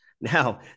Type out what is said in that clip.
Now